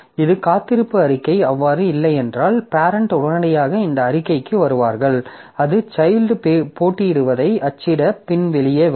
இந்த காத்திருப்பு அறிக்கை அவ்வாறு இல்லையென்றால் பேரெண்ட் உடனடியாக இந்த அறிக்கைக்கு வருவார்கள் அது சைல்ட் போட்டியிடுவதை அச்சிட்ட பின் வெளியே வரும்